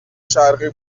شرقی